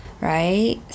right